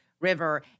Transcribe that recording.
river